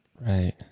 Right